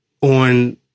on